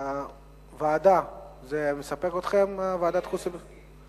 ועדה זה מספק אתכם, ועדת חוץ וביטחון?